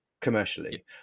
commercially